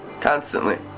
constantly